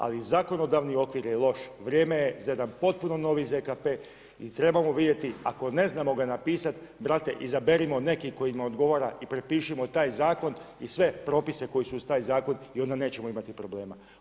Ali zakonodavni okvir loš, vrijeme je za jedan potpuno novi ZKP i trebamo vidjeti ako ga ne znamo napisati, brate izaberimo neki koji … odgovara i prepišimo taj zakon i sve propise koji su uz taj zakon i onda nećemo imati problema.